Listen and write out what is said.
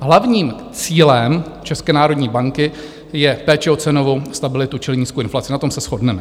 Hlavním cílem České národní banky je péče o cenovou stabilitu, čili nízkou inflaci, na tom se shodneme.